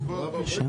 נוציא